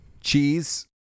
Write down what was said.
cheese